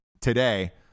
today